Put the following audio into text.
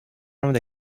nombre